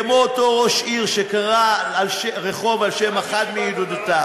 כמו אותו ראש עיר שקרא רחוב על שם אחת מידידותיו.